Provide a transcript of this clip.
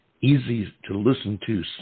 easy-to-listen-to